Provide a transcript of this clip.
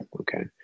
okay